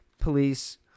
police